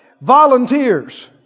volunteers